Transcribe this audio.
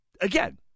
Again